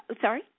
Sorry